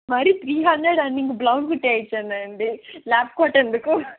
మరి three hundred అండి నేను బ్లౌజ్ కుట్టేయచ్చు అండి ల్యాబ్ కోట్ ఎందుకు